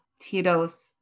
Tito's